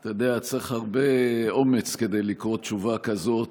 אתה יודע, צריך הרבה אומץ כדי לקרוא תשובה כזאת,